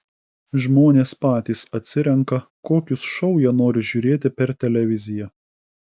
žmonės patys atsirenka kokius šou jie nori žiūrėti per televiziją